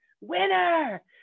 Winner